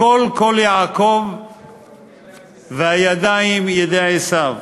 הקול קול יעקב והידיים ידי עשיו.